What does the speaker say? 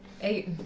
eight